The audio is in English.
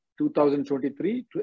2023